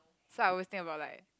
so I always think about like